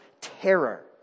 terror